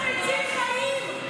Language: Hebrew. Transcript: וזה מציל חיים,